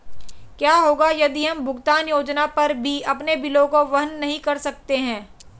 क्या होगा यदि हम भुगतान योजना पर भी अपने बिलों को वहन नहीं कर सकते हैं?